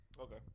Okay